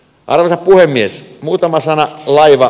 alalla puhemies muutaman sanan ja aivan